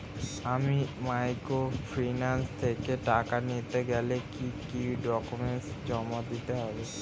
আমি মাইক্রোফিন্যান্স থেকে টাকা নিতে গেলে কি কি ডকুমেন্টস জমা দিতে হবে?